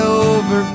over